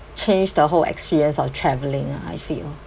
change the whole experience of travelling lah I feel